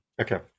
Okay